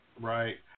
right